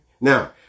Now